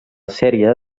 sèrie